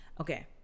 Okay